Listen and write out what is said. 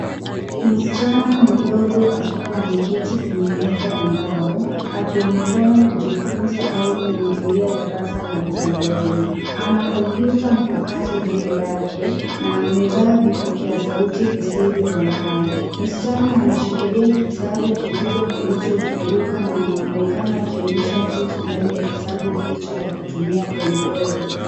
Msichana mdogo akiwa ameketi kwenye meza ya mbao akionekana kujifunza au kuhudhuria darasa la mtandaoni. Ana kompyuta mpakato mbele yake na amevaa vipokea sauti visivyo na waya. Msichana ameshikilia kitabu kikubwa kilichofunguka na anaonekana akionyesha kitu ndani ya kitabu hicho kwa kutumia penseli.